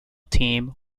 team